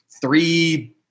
three